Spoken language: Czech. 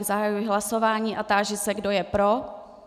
Zahajuji hlasování a táži se, kdo je pro.